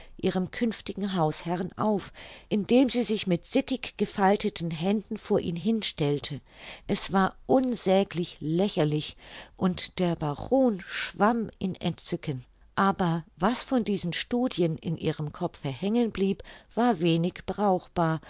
ihrem künftigen hausherrn auf indem sie sich mit sittig gefalteten händen vor ihn hinstellte es war unsäglich lächerlich und der baron schwamm in entzücken aber was von diesen studien in ihrem kopfe hängen blieb war wenig brauchbar